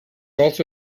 also